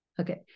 Okay